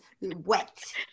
wet